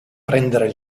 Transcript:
prendere